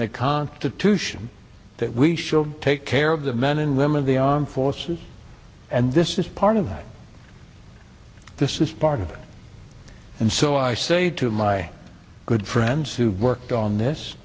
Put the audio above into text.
the constitution that we should take care of the men and women of the armed forces and this is part of this is part of it and so i say to my good friends who worked on this